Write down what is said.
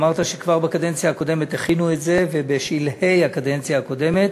אמרת שכבר בקדנציה הקודמת הכינו את זה ובשלהי הקדנציה הקודמת